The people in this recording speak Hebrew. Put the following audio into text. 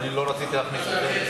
אני לא רציתי להכניס לסדר-היום,